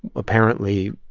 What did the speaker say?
apparently,